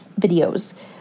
videos